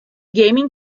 gaming